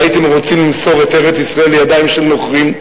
והייתם רוצים למסור את ארץ-ישראל לידיים של נוכרים,